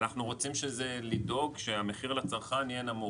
אנחנו רוצים לדאוג שהמחיר לצרכן יהיה נמוך,